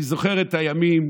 אני זוכר את הימים